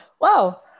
Wow